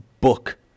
book